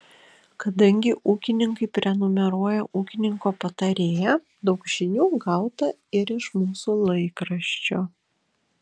kadangi ūkininkai prenumeruoja ūkininko patarėją daug žinių gauta ir iš mūsų laikraščio